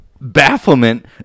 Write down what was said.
bafflement